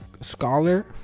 Scholar